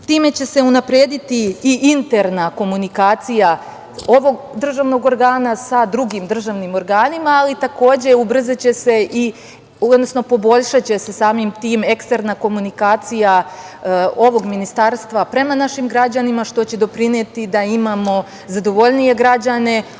time će se unaprediti i interna komunikacija ovog državnog organa sa drugim državnim organima, ali takođe ubrzaće se, odnosno poboljšaće se samim tim eksterna komunikacija ovog ministarstva prema našim građanima, što će doprineti da imamo zadovoljnije građane